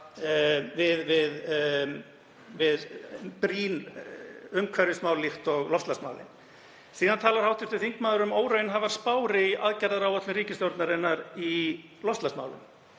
brýn umhverfismál líkt og loftslagsmálin. Síðan talar hv. þingmaður um óraunhæfar spár í aðgerðaáætlun ríkisstjórnarinnar í loftslagsmálum.